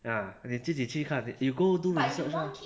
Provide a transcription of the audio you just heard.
ah 你自己去看 you go do research ah